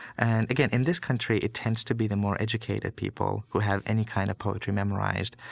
and again, in this country, it tends to be the more educated people who have any kind of poetry memorized.